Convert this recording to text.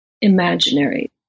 imaginary